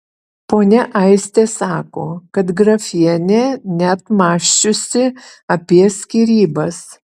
ponia aistė sako kad grafienė net mąsčiusi apie skyrybas